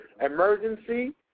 emergency